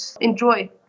enjoy